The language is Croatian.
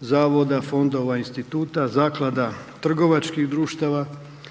zavoda, fondova, instituta, zaklada, trgovačkih društava